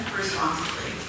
responsibly